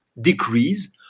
decrease